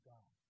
God